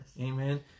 Amen